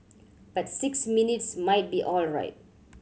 but six minutes might be alright